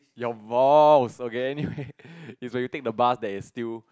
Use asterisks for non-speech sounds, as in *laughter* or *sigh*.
your balls okay anyway *laughs* it's okay you take the bus that's still